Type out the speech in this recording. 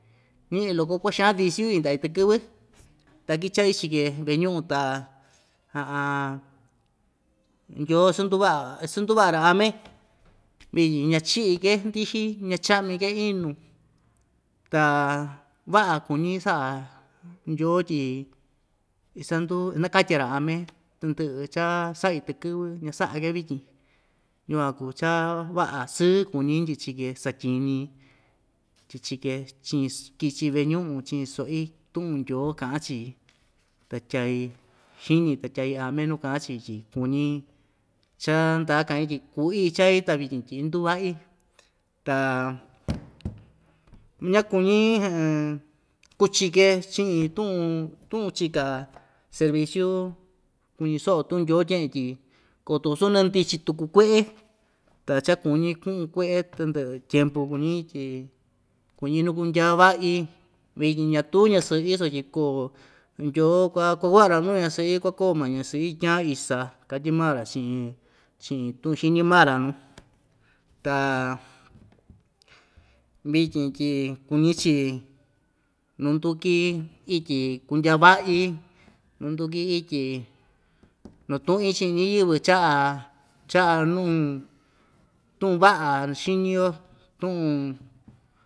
Ñiꞌi loko kuaxaan viciu yindaꞌi takɨvɨ ta kichaꞌi chike veꞌe ñuꞌu ta ndyoo sanduvaꞌa isanduvaꞌa‑ra ame vityin ñachiꞌke ndixi ña chaꞌmi‑ke inu ta vaꞌa kuñi saꞌa ndyoo tyi isanduu inakatya‑ra ame tɨndɨꞌɨ cha saꞌi tɨkɨvɨ ñasaꞌa‑ke vityin yukuan kuu cha vaꞌa sɨɨ kuñi ndyichi‑ke satyiñi tyi chike chiꞌin ss kɨchi veꞌe ñuꞌun chiñi soꞌi tuꞌun ndyoo kaꞌa‑chi ta tyai xiñi ta tyai ame nuu kaꞌan‑chi tyi kuñi cha ndaa kaꞌin tyi kuꞌi ichai ta vichin induvaꞌi ta ñakuñi kuchi‑ke chiꞌin tuꞌun tuꞌun chika serviciu kuñi soꞌo tuꞌun ndyoo tyeꞌen tyi koto suu nandichi tuku kueꞌe ta cha kuñi kuꞌun kueꞌe tɨndɨꞌɨ tyempu kuñi tyi kuñi nukundya vaꞌi vityi ñatuu ñasɨꞌɨ sutyi koo ndyoo kua kuaꞌa‑ra nuu ñasɨꞌɨ kuakoo maa ñasɨꞌɨ tyan isa katyi maa‑ra chiꞌin chiꞌin tuꞌun xiñi maa‑ra nuu ta vityin tyi kuñi‑chi nunduki ityi kundya vaꞌi nunduki ityi notuꞌin chiꞌin ñiyɨvɨ chaꞌa chaꞌa nuu tuꞌun vaꞌa xiñi‑yo tuꞌun.